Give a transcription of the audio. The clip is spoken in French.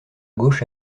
gauche